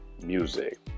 music